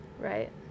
Right